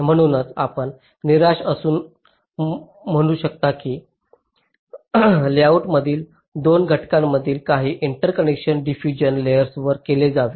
म्हणूनच आपण निराश असे म्हणू शकता की लेआउटमधील 2 घटकांमधील काही इंटरकनेक्शन डिफ्यूजन लेयरवर केले जावे